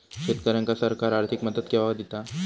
शेतकऱ्यांका सरकार आर्थिक मदत केवा दिता?